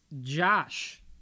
Josh